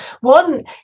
One